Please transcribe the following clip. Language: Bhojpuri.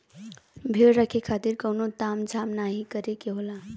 भेड़ रखे खातिर कउनो ताम झाम नाहीं करे के होला